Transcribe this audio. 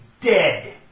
dead